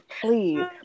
please